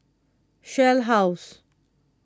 Shell House